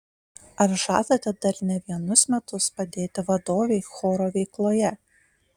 ar žadate dar ne vienus metus padėti vadovei choro veikloje